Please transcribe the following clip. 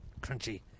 Crunchy